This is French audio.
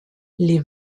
les